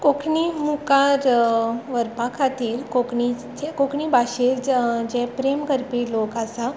कोंकणीक मुखार व्हरपा खातीर कोंकणी कोंकणी भाशेक जे प्रेम करपी लोक आसा